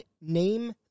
name